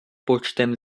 počtem